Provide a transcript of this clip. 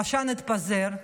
העשן התפזר,